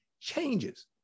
changes